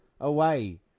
away